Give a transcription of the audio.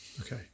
Okay